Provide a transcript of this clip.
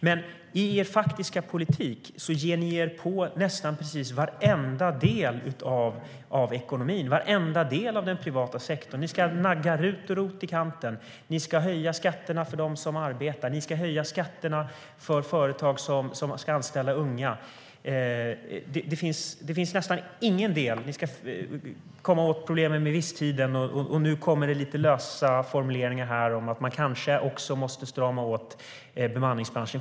Men i er faktiska politik ger ni er på nästan varenda del av ekonomin och varenda del av den privata sektorn. Ni ska nagga RUT och ROT i kanten. Ni ska höja skatterna för dem som arbetar. Ni ska höja skatterna för företag som ska anställa unga. Ni ska komma åt problemen med visstiden, och nu kommer det lite lösa formuleringar här om att man kanske också måste strama åt bemanningsbranschen.